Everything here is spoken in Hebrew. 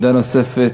עמדה נוספת,